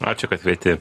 ačiū kad kvieti